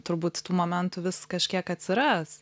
turbūt tų momentų vis kažkiek atsiras